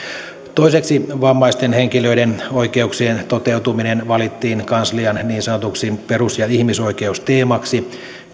toiseksi vammaisten henkilöiden oikeuksien toteutuminen valittiin kanslian niin sanotuksi perus ja ihmisoikeusteemaksi